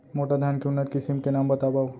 मोटा धान के उन्नत किसिम के नाम बतावव?